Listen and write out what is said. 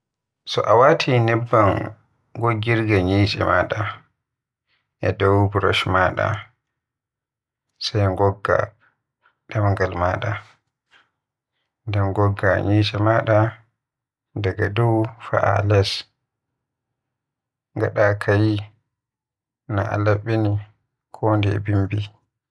So a wati nebban goggirga ñyitce maada e dow brush maada sai ngogga demgal maada, nden ngogga ñyicce maada daga dow fa'a Les, ngada kayi na a laɓɓini kondeye bimbi.